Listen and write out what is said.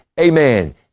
Amen